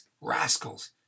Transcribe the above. rascals